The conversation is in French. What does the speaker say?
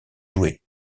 jouer